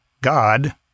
God